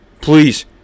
Please